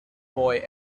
boy